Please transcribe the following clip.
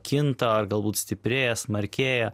kinta ar galbūt stiprėja smarkėja